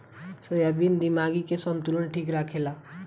soybean दिमागी के संतुलन ठीक रखेला